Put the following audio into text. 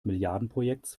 milliardenprojektes